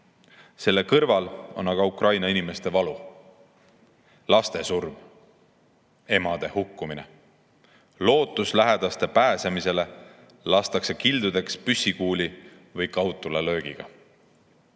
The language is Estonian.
Selle kõrval on aga Ukraina inimeste valu. Laste surm, emade hukkumine. Lootus lähedaste pääsemisele lastakse kildudeks püssikuuli või kaugtulelöögiga.